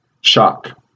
shock